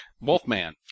Wolfman